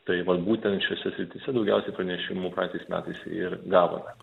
tai vat būtent šiose srityse daugiausiai pranešimų praeitais metais ir gavome